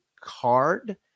card